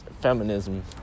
feminism